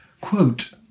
quote